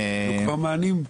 התקבלו כבר מענים?